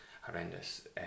horrendous